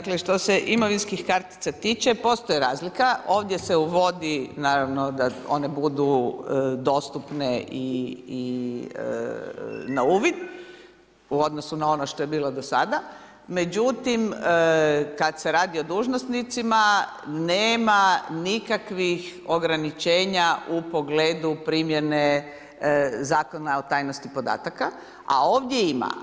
Dakle, što se imovinskih kartica tiče, postoji razlika, ovdje se uvodi naravno da one budu dostupne i na uvid u odnosu na ono što je bilo do sada, međutim kad se radi o dužnosnicima, nema nikakvih ograničenja u pogledu primjene Zakona o tajnosti podataka a ovdje ima.